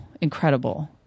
incredible